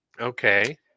Okay